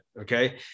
Okay